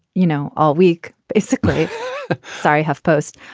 you know, all week, basically sorry, huffpost's,